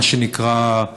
מה שנקרא,